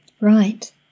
Right